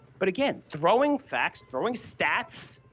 but again, throwing facts, throwing stats,